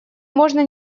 можно